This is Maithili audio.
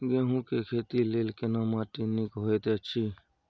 गेहूँ के खेती लेल केना माटी नीक होयत अछि?